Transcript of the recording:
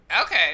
Okay